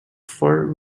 for